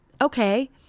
Okay